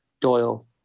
Doyle